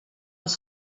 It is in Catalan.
els